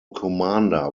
commander